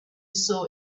saw